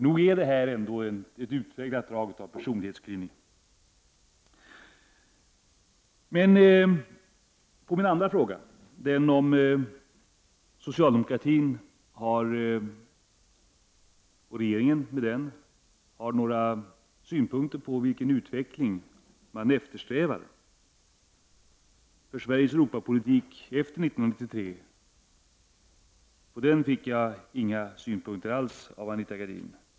Nog är det här ett utpräglat drag av personlighetsklyvning? På min andra fråga, den om socialdemokratin — och regeringen med den — kan säga något om vilken utveckling man eftersträvar för Sveriges Europapolitik efter 1993, anförde Anita Gradin inga synpunkter alls.